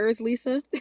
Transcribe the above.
Lisa